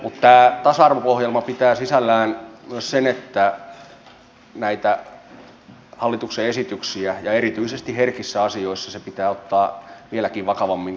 tämä tasa arvo ohjelma pitää sisällään myös hallituksen esityksiä ja erityisesti herkissä asioissa se pitää ottaa vieläkin vakavammin koko lainsäädäntökokonaisuuden osalta